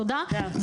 תודה.